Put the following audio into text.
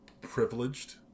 privileged